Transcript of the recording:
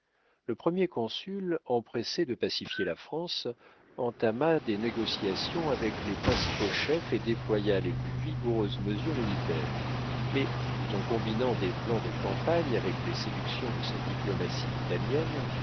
le premier consul empressé de pacifier la france entama des négociations avec les principaux chefs et déploya les plus vigoureuses mesures militaires mais tout en combinant des plans de campagne avec les séductions de sa diplomatie italienne